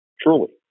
Truly